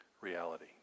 reality